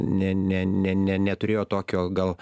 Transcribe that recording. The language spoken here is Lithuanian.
ne ne ne ne neturėjo tokio gal